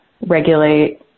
regulate